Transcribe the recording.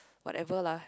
whatever lah